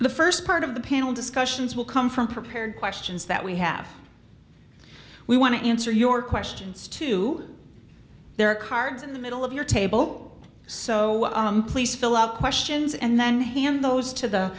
the first part of the panel discussions will come from prepared questions that we have we want to answer your questions to their cards in the middle of your table so please fill out questions and then hand those to the